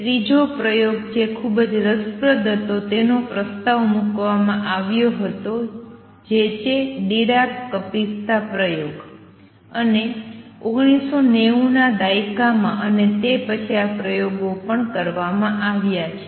ત્રીજો પ્રયોગ જે ખૂબ જ રસપ્રદ હતો જેનો પ્રસ્તાવ મૂકવામાં આવ્યો હતો જે છે ડીરાક કપિસ્તા પ્રયોગ અને 1990 ના દાયકામાં અને તે પછી આ પ્રયોગો પણ કરવામાં આવ્યા છે